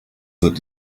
wird